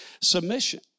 submission